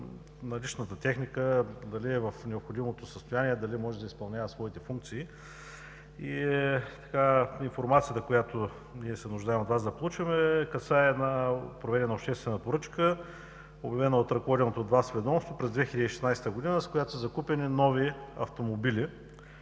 наличната техника дали е в необходимото състояние, дали може да изпълнява своите функции и информация, от която ние се нуждаем касае една проведена обществена поръчка, обявена от ръководеното от Вас ведомство през 2016 г., с която са закупени нови автомобили?